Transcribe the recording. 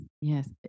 Yes